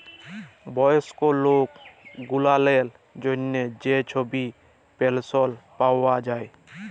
বয়স্ক লক গুলালের জ্যনহে যে ছব পেলশল পাউয়া যায়